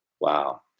Wow